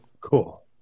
Cool